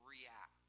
react